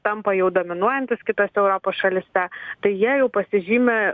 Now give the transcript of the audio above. tampa jau dominuojantys kitose europos šalyse tai jie jau pasižymi